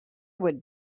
would